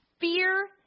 fear